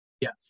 Yes